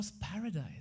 paradise